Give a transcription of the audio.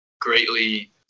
greatly